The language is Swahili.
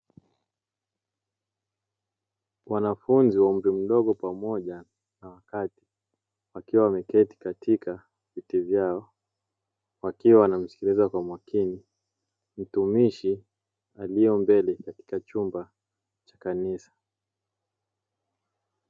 Wanafunzi wa umri mdogo pamoja na wa kati wakiwa wameketi kwa makini wakimsikiliza mtumishi aliye mbele ya chumba cha kanisa.